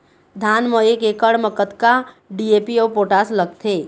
धान म एक एकड़ म कतका डी.ए.पी अऊ पोटास लगथे?